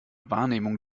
wahrnehmung